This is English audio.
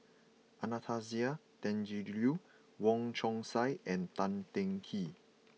Anastasia Tjendri Liew Wong Chong Sai and Tan Teng Kee